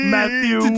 Matthew